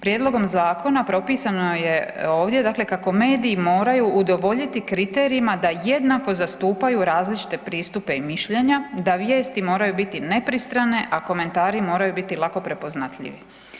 Prijedlogom zakona propisano je ovdje dakle kako mediji moraju udovoljiti kriterijima da jednako zastupaju različite pristupe i mišljenja, da vijesti moraju biti nepristrane a komentari moraju biti lako prepoznatljivi.